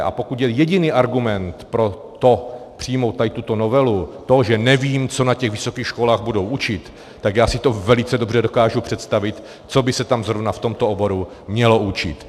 A pokud je jediný argument pro to, přijmout tuto novelu, to, že nevím, co na vysokých školách budou učit, tak já si to velice dobře dokážu představit, co by se tam zrovna v tomto oboru mělo učit.